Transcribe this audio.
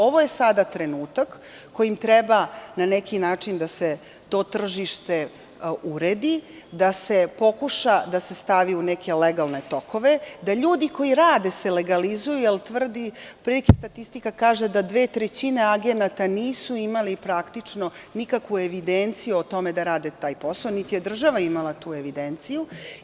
Ovo je sada trenutak kojim treba na neki način da se to tržište uredi, da se pokuša da se stavi u neke legalne tokove, da ljudi koji rade se legalizuju, otprilike statistika kaže da dve trećine agenata nisu imali nikakvu evidenciju o tome da rade taj posao, niti je država imala tu evidenciju.